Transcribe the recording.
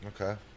okay